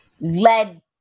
led